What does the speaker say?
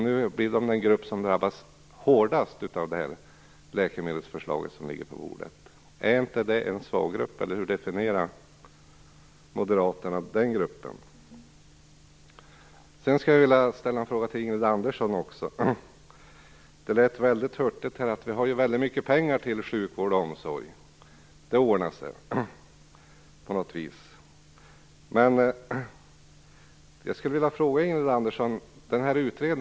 Det är den grupp som drabbas hårdast av det läkemedelsförslag som nu ligger på bordet. Är inte det en svag grupp, eller hur definerar Moderaterna den gruppen? Sedan skulle jag också vilja ställa en fråga till Ingrid Andersson. Det lät väldigt hurtigt med att vi har väldigt mycket pengar till sjukvård och omsorg. Det ordnar sig, på något vis.